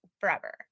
forever